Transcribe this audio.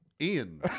Ian